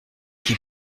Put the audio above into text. qui